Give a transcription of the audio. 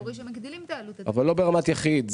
המקורי שמגדילים את העלות -- אבל לא ברמת יחיד,